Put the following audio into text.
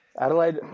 Adelaide